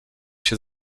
się